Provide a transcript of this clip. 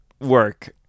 work